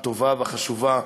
הטובה והחשובה,